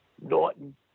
Norton